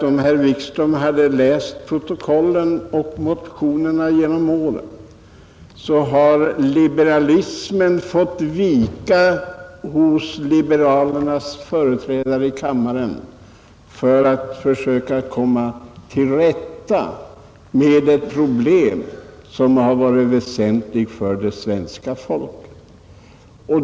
Om herr Wikström hade läst protokollen och motionerna genom åren hade han tvingats konstatera att liberalismen fått vika hos liberalernas företrädare i kammaren när man försökt komma till rätta med ett problem som varit väsentligt för det svenska folket.